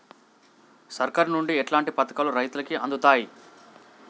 సర్కారు నుండి ఎట్లాంటి పథకాలు రైతులకి అందుతయ్?